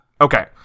okay